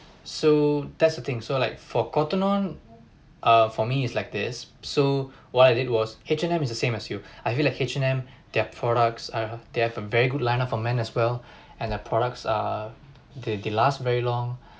so that's the thing so like for Cotton On err for me is like this so while it was H&M is the same as you I feel H&M their products are they have a very good line up for men as well and their products are they they last very long